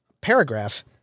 paragraph